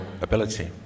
ability